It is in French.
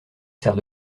sert